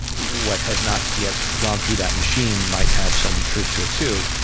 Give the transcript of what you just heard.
what has not yet gone through that machine might have some truth to it too,